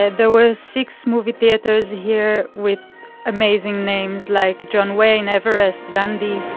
ah there were six movie theaters here with amazing names like john wayne, everest, gandhi.